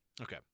Okay